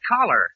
collar